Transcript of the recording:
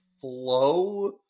flow